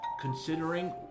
considering